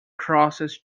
crosses